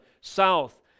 south